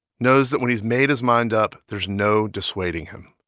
knows that when he's made his mind up, there's no dissuading him.